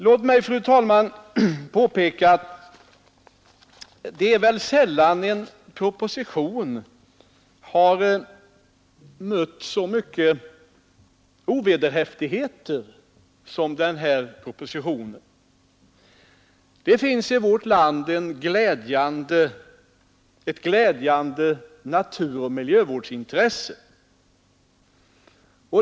Låt mig, fru talman, påpeka att en proposition sällan mött så mycken ovederhäftighet som denna. Det finns i vårt land ett glädjande stort naturoch miljövårdsintresse.